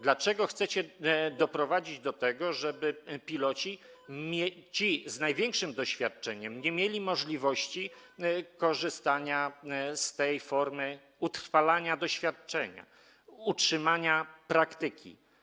Dlaczego chcecie doprowadzić do tego, żeby piloci z największym doświadczeniem nie mieli możliwości korzystania z tej formy utrwalania doświadczenia, utrzymania praktyki?